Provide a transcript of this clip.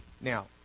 Now